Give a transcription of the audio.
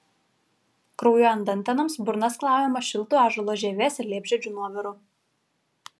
kraujuojant dantenoms burna skalaujama šiltu ąžuolo žievės ir liepžiedžių nuoviru